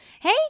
Hey